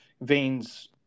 veins